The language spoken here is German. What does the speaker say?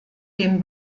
dem